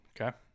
Okay